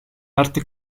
arte